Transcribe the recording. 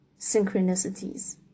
synchronicities